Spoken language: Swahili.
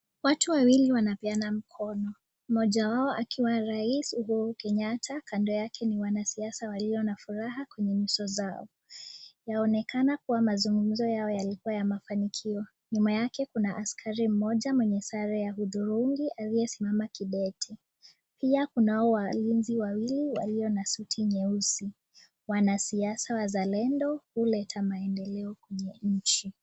Watu wawili wanapeana mkono, mmoja wao akiwa rais Kenyatta kando yake ni wanasiasa walio na furaha kwa nyuso zao, inaonekana kuwa mazungumzo yao ni ya mafanikio, nyuma yake ni askari mwenye sare ya udhurungi aliyesimama kidete pia kuna walinzi wawili walio na suti nyeusi. Wanasiasa wazalendo huleta maendeleo katika nchi.